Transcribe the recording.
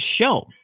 show